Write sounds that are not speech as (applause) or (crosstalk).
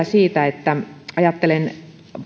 (unintelligible) siitä kun ajattelen